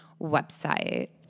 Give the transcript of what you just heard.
website